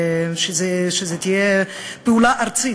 שתהיה פעולה ארצית,